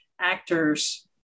actors